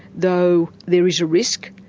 though there is a risk,